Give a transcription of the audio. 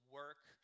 work